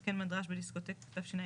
התקן מד רעש בדיסקוטק תשע"ד-2014.